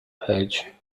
page